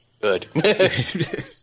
Good